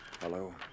Hello